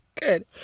Good